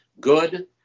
Good